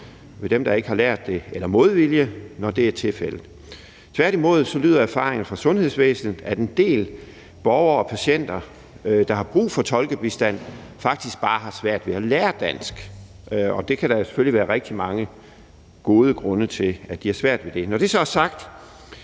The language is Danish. fra dem, der ikke har lært det, eller modvilje, når det er tilfældet. Tværtimod lyder erfaringerne fra sundhedsvæsenet, at en del borgere og patienter, der har brug for tolkebistand, faktisk bare har svært ved at lære dansk, og der kan selvfølgelig være rigtig mange gode grunde til, at de har svært ved det. Når det så er sagt,